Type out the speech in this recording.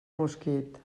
mosquit